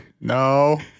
no